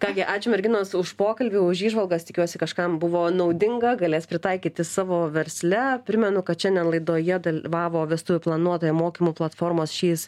ką gi ačiū merginos už pokalbį už įžvalgas tikiuosi kažkam buvo naudinga galės pritaikyti savo versle primenu kad šiandien laidoje dalyvavo vestuvių planuotoja mokymų platformos šy is